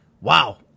wow